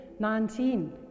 19